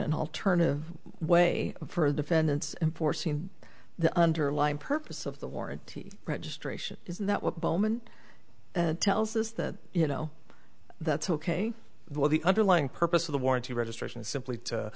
an alternative way for the defendants enforcing the underlying purpose of the warranty registration is that what bowman tells us that you know that's ok while the underlying purpose of the warranty registration is simply to